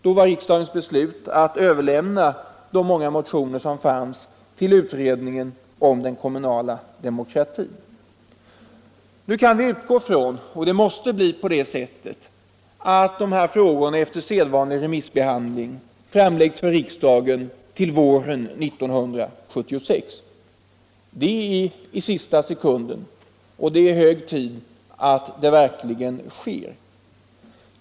Då beslöt riksdagen att överlämna de många motioner som fanns till utredningen om den kommunala demokratin. Vi kan nu utgå från — det måste bli på det sättet — att de här frågorna efter sedvanlig remissbehandling framläggs för riksdagen våren 1976. Det är hög tid att så verkligen sker.